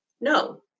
No